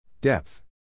Depth